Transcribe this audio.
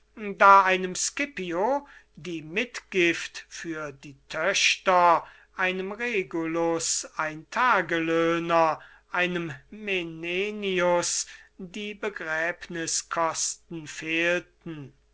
da einem scipio die mitgift einem regulus ein tagelöhner einem menenius die begräbnißkosten fehlten